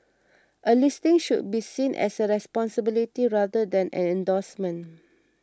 a listing should be seen as a responsibility rather than an endorsement